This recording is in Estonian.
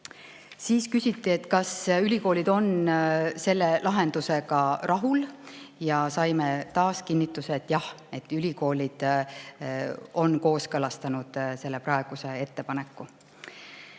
Siis küsiti, kas ülikoolid on selle lahendusega rahul, ja saime taas kinnituse, et jah, ülikoolid on selle praeguse ettepaneku